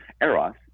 Eros